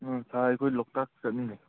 ꯁꯥꯔ ꯑꯩꯈꯣꯏ ꯂꯣꯛꯇꯥꯛ ꯆꯠꯅꯤꯡꯉꯦ